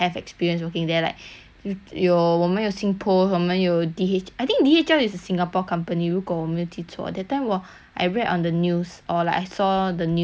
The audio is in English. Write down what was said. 有我们有 singpost 我们有 D_H~ I think D_H_L is a singapore company 如果我没有记错 that time 我 I read on the news or like I saw the news about it is singapore company